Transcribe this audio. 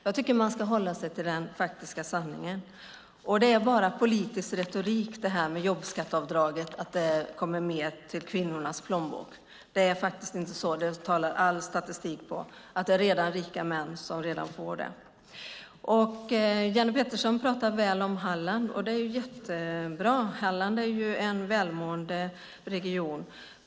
Jag tycker att man ska hålla sig till den faktiska sanningen. Det är bara politisk retorik att jobbskatteavdraget gör att det blir mer i kvinnornas plånbok. Det är faktiskt inte så. All statistik talar för att det är redan rika män som får det. Jenny Petersson talar väl om Halland, och det är jättebra. Halland är ju en välmående region.